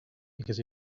because